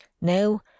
No